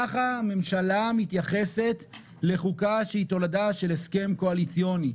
ככה הממשלה מתייחסת לחוקה שהיא תולדה של הסכם קואליציוני.